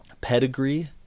pedigree